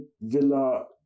Villa